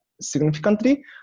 significantly